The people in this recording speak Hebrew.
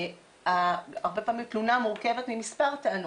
הרבה פעמים תלונה מורכבת ממספר טענות.